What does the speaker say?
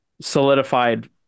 solidified